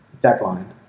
deadline